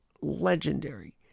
legendary